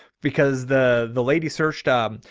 because the the lady searched, um,